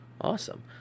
Awesome